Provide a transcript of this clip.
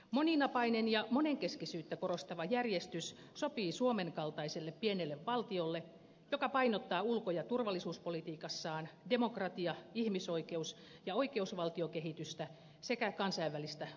moninapainen ja monenkeskisyyttä korostava järjestys sopii suomen kaltaiselle pienelle valtiolle joka painottaa ulko ja turvallisuuspolitiikassaan demokratia ihmisoikeus ja oikeusvaltiokehitystä sekä kansainvälistä oikeutta